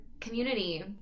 community